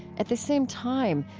at the same time,